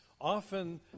often